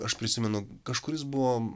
aš prisimenu kažkuris buvo